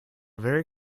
very